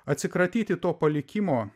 atsikratyti to palikimo